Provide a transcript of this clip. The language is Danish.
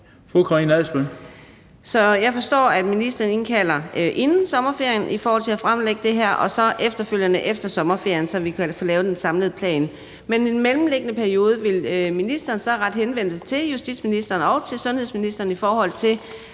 jeg forstår, at ministeren indkalder til et møde inden sommerferien i forhold til at få fremlagt det her og efterfølgende også efter sommerferien, så vi kan få lavet en samlet plan. Men i den mellemliggende periode vil ministeren så rette henvendelse til justitsministeren og til sundhedsministeren i forhold til